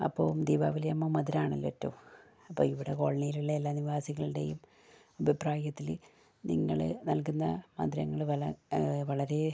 അപ്പോൾ ദിപാവലിയാകുമ്പോൾ മധുരമാണല്ലോ ഏറ്റവും അപ്പം ഇവിടെ കോളനിയിലുള്ള എല്ലാ നിവാസികളുടെയും അഭിപ്രായത്തില് നിങ്ങള് നൽകുന്ന മധുരങ്ങള് വള വളരെ